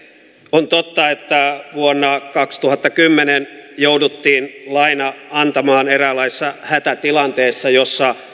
on totta että vuonna kaksituhattakymmenen jouduttiin laina antamaan eräänlaisessa hätätilanteessa jossa